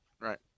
right